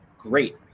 Great